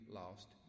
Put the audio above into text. lost